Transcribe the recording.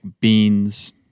beans